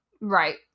Right